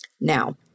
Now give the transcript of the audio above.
Now